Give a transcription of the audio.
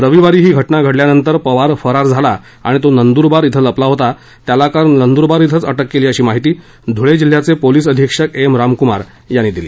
रविवारी ही घटना घडल्यानंतर पवार फरार झाला आणि तो नंद्रबार इथं लपला होता त्याला काल नंदूरबार इथंच अटक केली अशी माहिती धुळे जिल्ह्याचे पोलीस अधिक्षक एम रामकुमार यांनी दिली